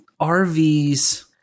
RVs